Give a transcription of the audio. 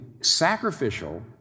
sacrificial